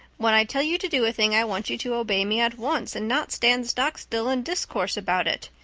when i tell you to do a thing i want you to obey me at once and not stand stock-still and discourse about it.